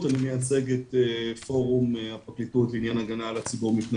אני מייצג את פורום הפרקליטות לעניין הגנה על הציבור מפני